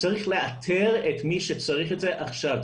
צריך לאתר את מי שצריך את זה עכשיו.